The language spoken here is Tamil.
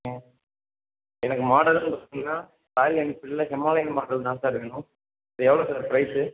ம் எனக்கு மாடல்னு பார்த்தீங்கனா ராயல் என்ஃபீல்ட்டில் ஹிமாலயன் மாடல் தான் சார் வேணும் அது எவ்வளோ சார் பிரைஸ்ஸு